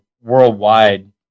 worldwide